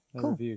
Cool